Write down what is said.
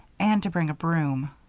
and to bring a broom.